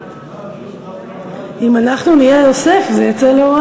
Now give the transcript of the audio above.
הדוגמה הזאת, אם אנחנו נהיה יוסף זה יצא לא רע.